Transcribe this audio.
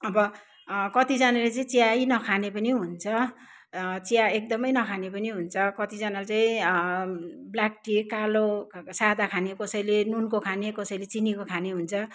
अब कतिजनाले चाहिँ चिया नखाने पनि हुन्छ चिया एकदमै नखाने पनि हुन्छ कतिजनाले चाहिँ ब्ल्याक टी कालो खाले सादा खाने कसैले नुनको खाने कसैले चिनीको खाने हुन्छ